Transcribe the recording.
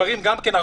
גברים גם כן,